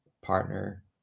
partner